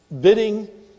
bidding